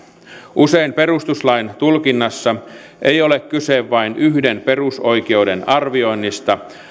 usein perustuslain tulkinnassa ei ole kyse vain yhden perusoikeuden arvioinnista